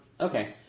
Okay